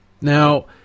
Now